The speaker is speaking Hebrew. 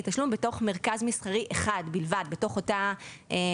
תשלום בתוך מרכז מסחרי אחד בלבד; בתוך אותו קניון,